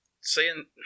seeing